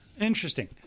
Interesting